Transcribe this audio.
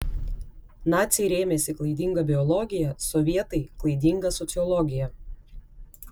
naciai rėmėsi klaidinga biologija sovietai klaidinga sociologija